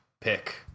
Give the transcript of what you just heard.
pick